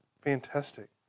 Fantastic